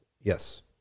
Yes